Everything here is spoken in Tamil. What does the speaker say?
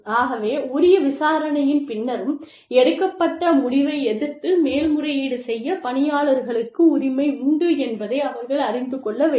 ஆகவே உரிய விசாரணையின் பின்னரும் எடுக்கப்பட்ட முடிவை எதிர்த்து மேல்முறையீடு செய்ய பணியாளர்களுக்கு உரிமை உண்டு என்பதை அவர்கள் அறிந்து கொள்ள வேண்டும்